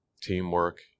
teamwork